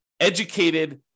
educated